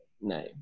name